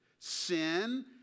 Sin